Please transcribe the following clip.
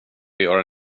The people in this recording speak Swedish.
göra